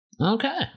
Okay